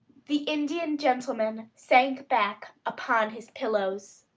the indian gentleman sank back upon his pillows.